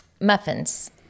muffins